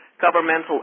governmental